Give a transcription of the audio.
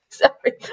sorry